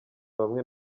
bamwe